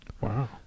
Wow